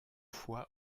fois